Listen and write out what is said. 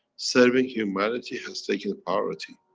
serving humanity has taken priority.